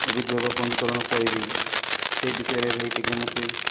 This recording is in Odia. ଅଭିଯୋଗ ପଞ୍ଜୀକରଣ କରିବି ସେଇ ବିଷୟରେ ଭାଇ ଟିକେ ମୋତେ